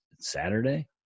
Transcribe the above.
saturday